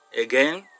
Again